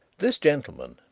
this gentleman,